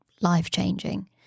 life-changing